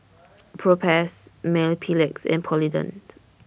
Propass Mepilex and Polident